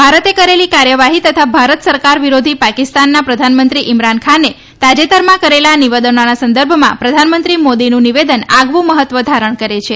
ભારતે કરેલી કાર્યવાહી તથા ભારત સરકાર વિરોધી પાકિસ્તાનના પ્રધાનમંત્રી ઇમરાન ખાને તાજેતરમાં કરેલા નિવેદનોના સંદર્ભમાં પ્રધાનમંત્રી મોદીનું નિવેદન આગવું મહત્વ ધારણ કરે છે